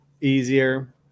easier